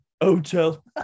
Hotel